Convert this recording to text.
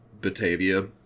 Batavia